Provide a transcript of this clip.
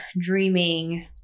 dreaming